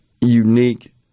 unique